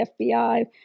FBI